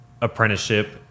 apprenticeship